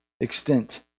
extent